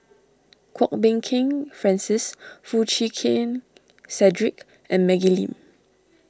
Kwok Peng Kin Francis Foo Chee Keng Cedric and Maggie Lim